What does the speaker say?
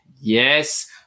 Yes